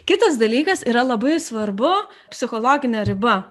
kitas dalykas yra labai svarbu psichologinė riba